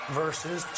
versus